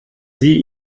sie